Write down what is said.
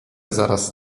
zaraz